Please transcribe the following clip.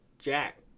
jack